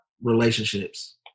relationships